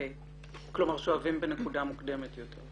כלומר, שואבים בנקודה מוקדמת יותר.